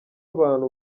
abantu